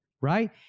right